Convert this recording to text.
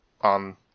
on